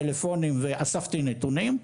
טלפונים ואספתי נתונים.